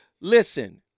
Listen